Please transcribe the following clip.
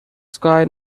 sky